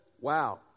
wow